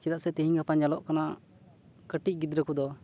ᱪᱮᱫᱟᱜ ᱥᱮ ᱛᱤᱦᱤᱧ ᱜᱟᱯᱟ ᱧᱮᱞᱚᱜ ᱠᱟᱱᱟ ᱠᱟᱹᱴᱤᱡ ᱜᱤᱫᱽᱨᱟᱹ ᱠᱚᱫᱚ